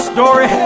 Story